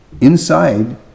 inside